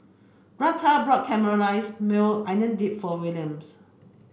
Retha bought Caramelized Maui Onion Dip for Williams